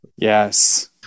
Yes